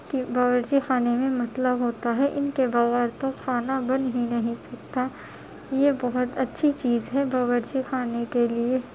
کہ باورچی خانے میں مطلب ہوتا ہے ان کے بغیر تو کھانا بن ہی نہیں پاتا یہ بہت اچھی چیز ہے باورچی خانے کے لیے